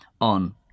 on